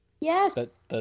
Yes